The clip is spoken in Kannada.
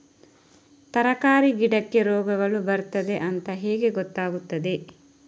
ತರಕಾರಿ ಗಿಡಕ್ಕೆ ರೋಗಗಳು ಬರ್ತದೆ ಅಂತ ಹೇಗೆ ಗೊತ್ತಾಗುತ್ತದೆ?